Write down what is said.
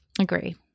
Agree